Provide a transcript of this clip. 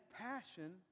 passion